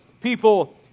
people